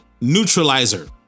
neutralizer